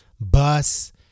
bus